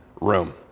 Room